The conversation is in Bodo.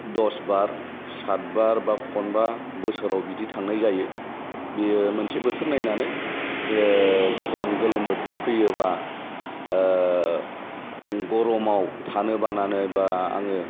दसबार सातबार बा खनबा बोसोराव बिदि थांनाय जायो बियो मोनसे बोथोर नायनानै जे जखन गोलोम बोथोर फैयोबा गरमाव थानो बानानै बा आङो